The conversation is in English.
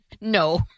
no